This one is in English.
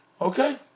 Okay